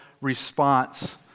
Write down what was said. response